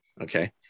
okay